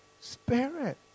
spirit